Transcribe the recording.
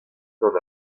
gant